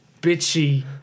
bitchy